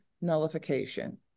nullification